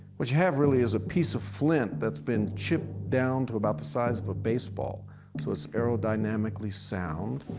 what you have, really, is a piece of flint that's been chipped down to about the size of a baseball so it's aerodynamically sound.